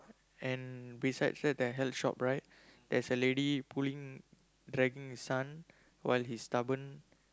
and beside that the health shop right there's a lady pulling dragging his son while he's stubborn